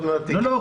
לא, לא.